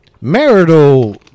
marital